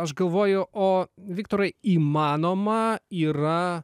aš galvoju o viktorai įmanoma yra